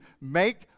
make